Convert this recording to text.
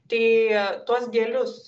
tai tuos gelius